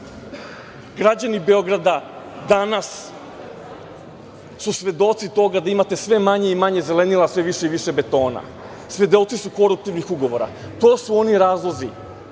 Beograda danas su svedoci toga da imate sve manje i manje zelenila a sve više i više betona. Svedoci su koruptivnih ugovora. To su oni razlozi